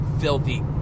filthy